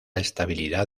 estabilidad